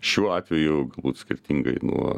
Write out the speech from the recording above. šiuo atveju galbūt skirtingai nuo